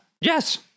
Yes